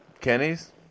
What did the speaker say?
Kenny's